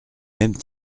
même